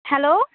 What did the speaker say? hello